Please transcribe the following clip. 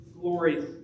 glory